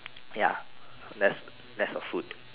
ya that's that's for food